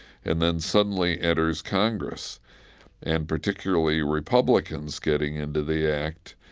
and then suddenly enters congress and particularly republicans getting into the act,